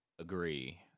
agree